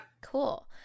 Cool